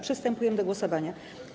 Przystępujemy do głosowania.